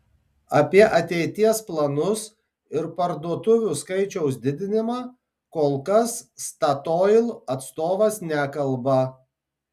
apie ateities planus ir parduotuvių skaičiaus didinimą kol kas statoil atstovas nekalba